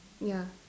ya